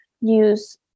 use